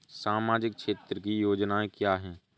सामाजिक क्षेत्र की योजनाएँ क्या हैं?